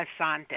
Asante